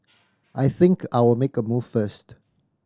I think I'll make a move first